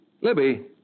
Libby